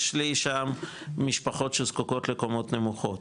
יש לי שם משפחות שזקוקות לקומות נמוכות,